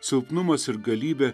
silpnumas ir galybė